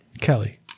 Kelly